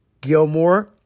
Gilmore